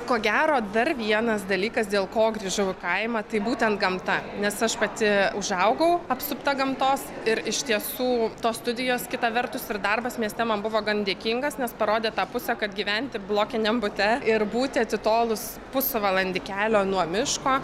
ko gero dar vienas dalykas dėl ko grįžau į kaimą tai būtent gamta nes aš pati užaugau apsupta gamtos ir iš tiesų tos studijos kita vertus ir darbas mieste man buvo gan dėkingas nes parodė tą pusę kad gyventi blokiniam bute ir būti atitolus pusvalandį kelio nuo miško